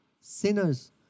sinners